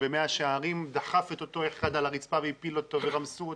שבמאה שערים דחף את אותו אחד על הרצפה והפיל אותו ורמסו אותו.